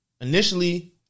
Initially